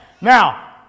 Now